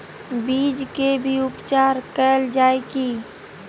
बीज के भी उपचार कैल जाय की?